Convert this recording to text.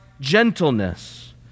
gentleness